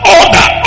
order